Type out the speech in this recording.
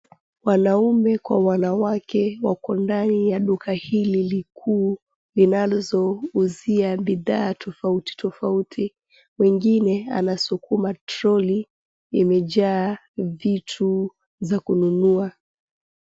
Wanaume kwa wanawake wako ndani ya duka hili likuu linalouzia bidhaa tofauti tofauti. Mwengine anasukuma troli imejaa vitu za kununua.